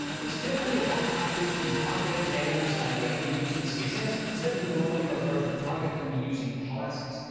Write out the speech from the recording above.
it's generally bad practice to target elements directly using css. instead, we normally prefer to target them using classes.